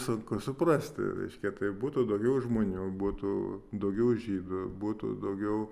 sunku suprasti reiškia tai būtų daugiau žmonių būtų daugiau žydų būtų daugiau